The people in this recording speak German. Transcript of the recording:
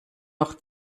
noch